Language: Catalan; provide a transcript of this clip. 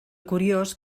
curiós